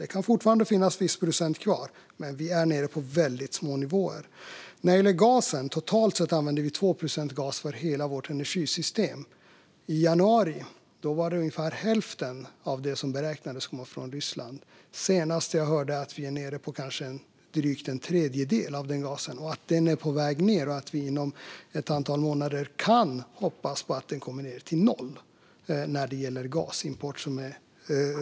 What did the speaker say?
Det kan fortfarande finnas en viss procent kvar, men vi är nere på väldigt låga nivåer. Totalt använder vi 2 procent gas för hela vårt energisystem. I januari var det ungefär hälften av denna gas som beräknades komma från Ryssland. Senast hörde jag att vi är nere på drygt en tredjedel av det, att det är på väg ned och att vi inom ett antal månader kan hoppas på att komma ned till noll när det gäller import av rysk gas.